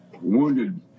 wounded